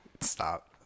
Stop